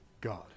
God